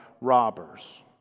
robbers